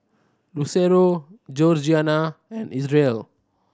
Lucero Georgiana and Isreal